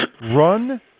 run